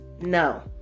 No